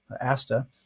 ASTA